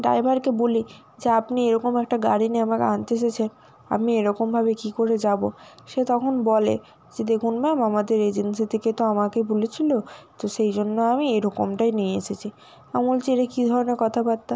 ড্রাইভারকে বলি যে আপনি এরকম একটা গাড়ি নিয়ে আমাকে আনতে এসেছে আমি এরকমভাবে কী করে যাব সে তখন বলে যে দেখুন ম্যাম আমাদের এজেন্সি থেকে তো আমাকে বলেছিলো তো সেই জন্য আমি এরকমটাই নিয়ে এসেছি আমি বলছি এটা কি ধরনের কথাবার্তা